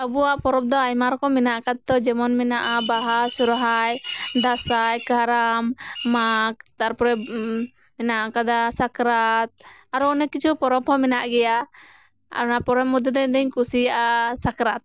ᱟᱵᱚᱣᱟᱜ ᱯᱚᱨᱚᱵᱽ ᱫᱚ ᱟᱭᱢᱟ ᱨᱚᱠᱚᱢ ᱢᱮᱱᱟᱜ ᱠᱟᱫᱟ ᱚᱱᱛᱮ ᱡᱮᱢᱚᱱ ᱢᱮᱱᱟᱜᱼᱟ ᱵᱟᱦᱟ ᱥᱚᱨᱦᱟᱭ ᱫᱟᱸᱥᱟᱭ ᱠᱟᱨᱟᱢ ᱢᱟᱜᱽ ᱛᱟᱨᱯᱚᱨᱮ ᱢᱮᱱᱟᱜ ᱠᱟᱫᱟ ᱥᱟᱠᱨᱟᱛ ᱟᱨᱚ ᱚᱱᱮᱠ ᱠᱤᱪᱷᱩ ᱯᱚᱨᱚᱵᱽ ᱦᱚᱸ ᱢᱮᱱᱟᱜ ᱟᱠᱟᱫ ᱜᱮᱭᱟ ᱚᱱᱢᱟ ᱯᱚᱨᱚᱵᱽ ᱢᱚᱫᱽᱫᱷᱮ ᱤᱧ ᱫᱩᱧ ᱠᱩᱥᱤᱭᱟᱜᱼᱟ ᱥᱟᱠᱨᱟᱛ